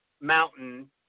mountain